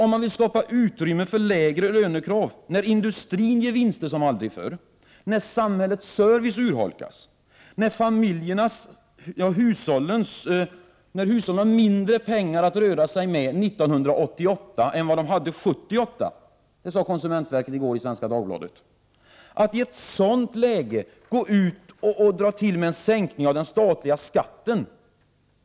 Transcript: Man vill ha lägre lönekrav i ett läge när industrin gör vinster som aldrig förr, när samhällets service urholkas, när hushållen har mindre pengar att röra sig med 1988 än vad de hade 1978 — det sades från konsumentverket i går i Svenska Dagbladet. Då vittnar det enligt min mening inte om någon större fantasi att dra till med en sänkning av den statliga skatten.